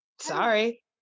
sorry